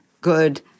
good